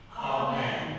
Amen